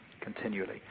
continually